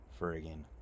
friggin